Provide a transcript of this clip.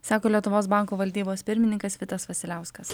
sako lietuvos banko valdybos pirmininkas vitas vasiliauskas